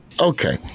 Okay